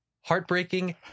heartbreaking